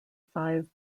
five